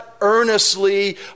earnestly